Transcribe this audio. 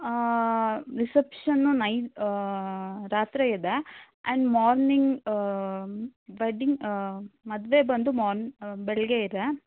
reception ನೈ ರಾತ್ರಿ ಇದೆ ಆ್ಯಂಡ್ ಮಾರ್ನಿಂಗ್ ವೆಡ್ಡಿಂಗ್ ಮದುವೆ ಬಂದು ಮಾರ್ನ್ ಬೆಳಿಗ್ಗೆ ಇದೆ